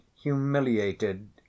humiliated